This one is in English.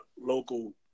local